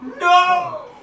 No